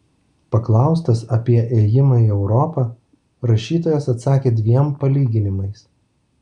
paklaustas apie ėjimą į europą rašytojas atsakė dviem palyginimais